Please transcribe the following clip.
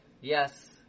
Yes